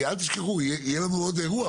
אל תשכחו שיהיה לנו פה עוד אירוע,